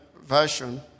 version